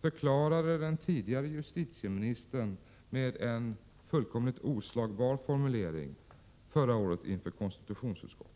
förklarade den tidigare justitieministern med en fullkomligt oslagbar formulering för konstitutionsutskottet förra året.